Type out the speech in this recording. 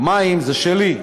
המים שלי.